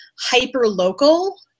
hyper-local